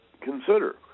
consider